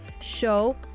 show